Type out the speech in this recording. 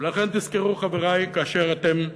ולכן, תזכרו, חברי, כאשר אתם בממשלה,